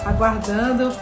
Aguardando